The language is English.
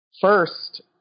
First